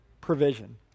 provision